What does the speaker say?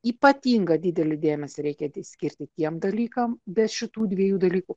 ypatingą didelį dėmesį reikia skirti tiem dalykam be šitų dviejų dalykų